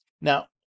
now